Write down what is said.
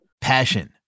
Passion